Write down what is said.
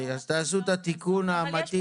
אז תעשו את התיקון המתאים.